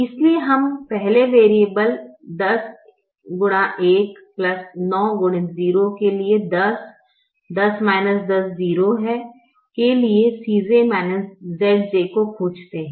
इसलिए हम पहले वेरिएबल के लिए 10 10 10 0 है के लिए Cj Zj को खोजते है